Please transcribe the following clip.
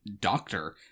doctor